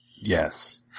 Yes